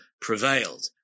prevailed